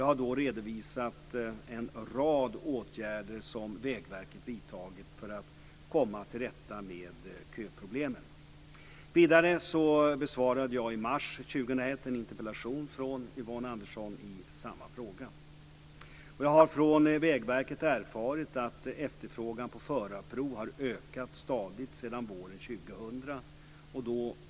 Jag har då redovisat en rad åtgärder som Vägverket vidtagit för att komma till rätta med köproblemen. Vidare besvarade jag i mars 2001 en interpellation från Yvonne Andersson i samma fråga. Jag har från Vägverket erfarit att efterfrågan på förarprov har ökat stadigt sedan våren 2000.